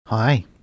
Hi